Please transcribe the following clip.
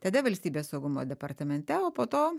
tada valstybės saugumo departamente o po to